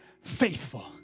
faithful